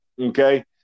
okay